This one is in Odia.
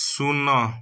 ଶୂନ